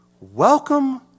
Welcome